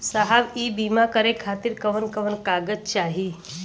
साहब इ बीमा करें खातिर कवन कवन कागज चाही?